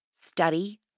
study